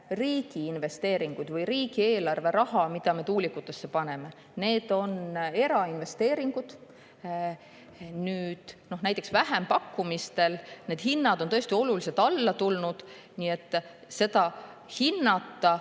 riigi investeeringud. See ei ole riigieelarve raha, mida me tuulikutesse paneme. Need on erainvesteeringud. Näiteks vähempakkumistel on need hinnad tõesti oluliselt alla tulnud. Nii et seda hinnata,